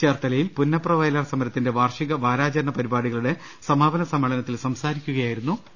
ചേർത്ത ലയിൽ പുന്നപ്ര വയലാർ സമരത്തിന്റെ വാർഷിക വാരാചരണ പരിപാടിക ളുടെ സമാപന സമ്മേളനത്തിൽ സംസാരിക്കുകയായിരുന്നു അദ്ദേഹം